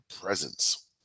presence